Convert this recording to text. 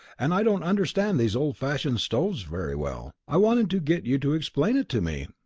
and i don't understand these old-fashioned stoves very well. i wanted to get you to explain it to me.